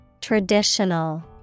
Traditional